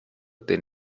den